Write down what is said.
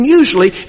usually